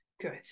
good